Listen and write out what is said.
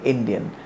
Indian